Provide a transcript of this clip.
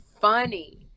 funny